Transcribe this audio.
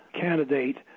candidate